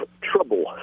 Trouble